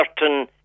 certain